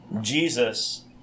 Jesus